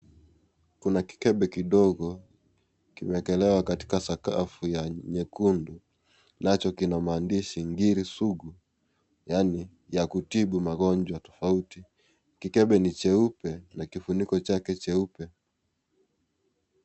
Kuna kikebe kidogo kimeekelewa katika sakafu ya nyekundu nacho kina maandishi " ngiri sugu" yaani ya kutibu magonjwa tofauti. Kikebe ni cheupe na kifuniko chake cheupe.